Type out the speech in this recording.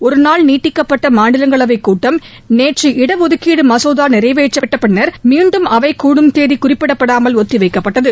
ஒருநாள் நீட்டிக்கப்பட்ட மாநிலங்களவைக் கூட்டம் நேற்று இட ஒதுக்கீடு மசோதா நிறைவேற்றப்பட்ட பின்னர் மீண்டும் அவை கூடும் தேதி குறிப்பிடாமல் ஒத்தி வைக்கப்பட்டது